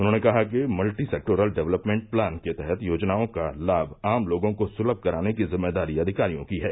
उन्होंने कहा कि मल्टी सेक्टोरल डेवलपमेण्ट प्लान के तहत योजनाओं का लाम आम लोगों को सुलम कराने की जिम्मेदारी अधिकारियों की है